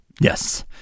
yes